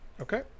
Okay